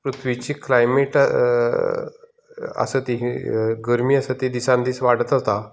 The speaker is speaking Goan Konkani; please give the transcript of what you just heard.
पृथ्वीची क्लायमेट आसा ती गरमी आसा ती दिसान दीस वाडत आसा